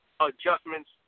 adjustments